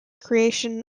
creation